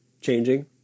changing